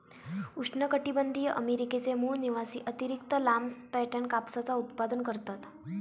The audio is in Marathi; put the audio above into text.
उष्णकटीबंधीय अमेरिकेचे मूळ निवासी अतिरिक्त लांब स्टेपन कापसाचा उत्पादन करतत